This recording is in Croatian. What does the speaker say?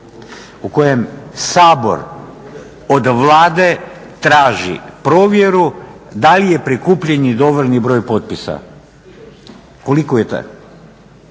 u kojem Sabor od Vlade traži provjeru da li je prikupljen dovoljni broj potpisa. Koliko je taj?